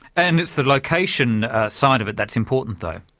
and it's the location side of it that's important though.